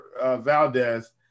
Valdez